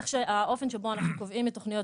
האופן שבו אנחנו קובעים את תוכניות